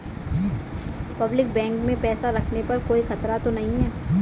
Public bank में पैसा रखने पर कोई खतरा तो नहीं है?